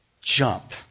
Jump